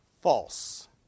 false